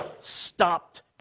stopped